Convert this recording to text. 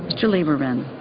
to waive um and